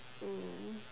mm